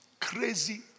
crazy